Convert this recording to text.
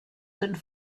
sind